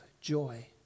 joy